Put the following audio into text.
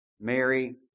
Mary